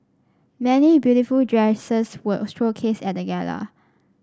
many beautiful dresses were showcased at the gala